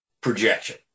projection